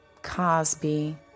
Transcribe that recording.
Cosby